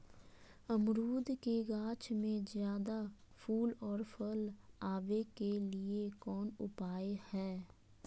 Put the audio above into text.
अमरूद के गाछ में ज्यादा फुल और फल आबे के लिए कौन उपाय है?